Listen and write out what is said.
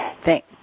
Thank